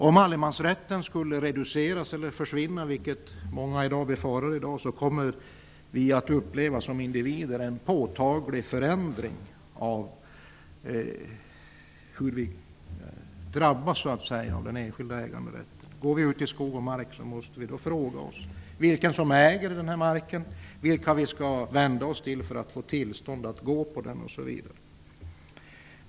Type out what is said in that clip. Om allemansrätten skulle försvinna eller reduceras, vilket många i dag befarar, kommer vi som individer att uppleva att vi påtagligt drabbas av den enskilda äganderätten. Går vi ut i skog och mark, måste vi då fråga oss vem som äger marken, vem vi skall vända oss till för att få tillstånd att beträda den osv.